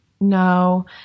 No